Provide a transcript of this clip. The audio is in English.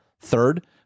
Third